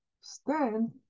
stand